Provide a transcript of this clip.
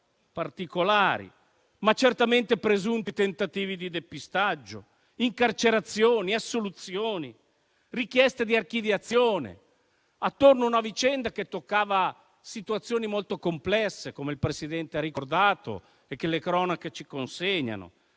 particolare; ma certamente ci sono stati presunti tentativi di depistaggio, incarcerazioni, assoluzioni, richieste di archiviazione attorno a una vicenda che toccava situazioni molto complesse - come il Presidente ha ricordato - che le cronache ci consegnano.